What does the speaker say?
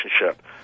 relationship